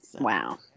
Wow